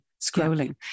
scrolling